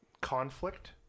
conflict